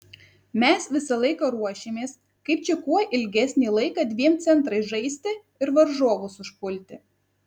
mes visą laiką ruošėmės kaip čia kuo ilgesnį laiką dviem centrais žaisti ir varžovus užpulti